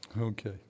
Okay